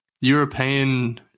European